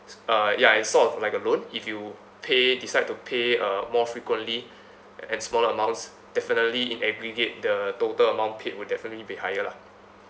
uh ya it's sort of like a loan if you pay decide to pay uh more frequently and smaller amounts definitely in aggregate the total amount paid would definitely be higher lah